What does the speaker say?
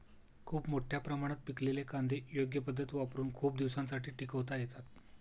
खूप मोठ्या प्रमाणात पिकलेले कांदे योग्य पद्धत वापरुन खूप दिवसांसाठी टिकवता येतात